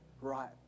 right